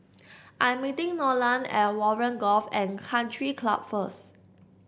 I am meeting Nolan at Warren Golf and Country Club first